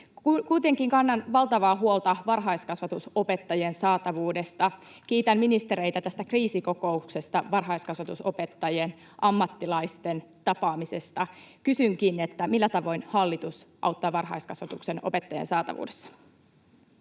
Kuitenkin kannan valtavaa huolta varhaiskasvatusopettajien saatavuudesta. Kiitän ministereitä siitä kriisikokouksesta, varhaiskasvatusopettajien, ammattilaisten, tapaamisesta. Kysynkin: millä tavoin hallitus auttaa varhaiskasvatuksen opettajien saatavuudessa?